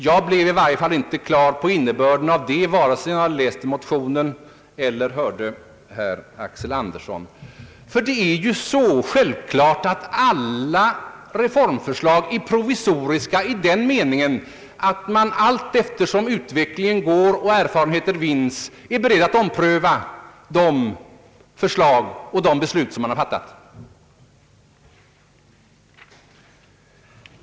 Jag blev inte på det klara med innebörden i det yrkandet, vare sig när jag läste motionen eller när jag lyssnade till herr Axel Anderssons anförande, ty det är ju självklart att alla reformer är provisoriska i den meningen att man allteftersom utvecklingen går vidare och erfarenheter vinnes är beredd att ompröva de förslag och de beslut som har fattats.